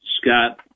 Scott